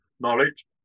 knowledge